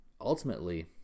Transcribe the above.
ultimately